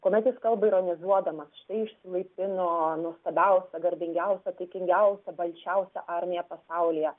kuomet jis kalba ironizuodamas štai išsilaipino nuostabiausia garbingiausia taikingiausia balčiausia armija pasaulyje